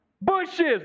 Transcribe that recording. Bushes